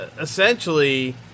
essentially